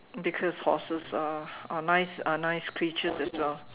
because horses are are nice are nice creatures as well